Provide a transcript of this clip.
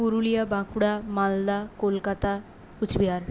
Purulia Bankura Malda Kolkata Cooch Behar